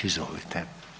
Izvolite.